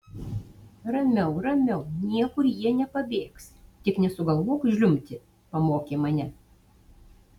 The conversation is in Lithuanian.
ramiau ramiau niekur jie nepabėgs tik nesugalvok žliumbti pamokė mane